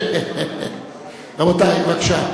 רבותי, בבקשה.